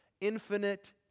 infinite